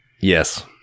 Yes